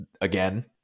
again